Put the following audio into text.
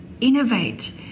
innovate